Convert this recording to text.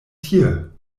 tie